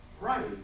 right